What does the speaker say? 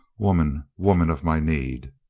woman, woman of my need.